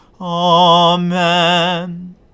Amen